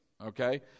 okay